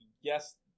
yes –